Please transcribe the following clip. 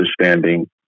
understanding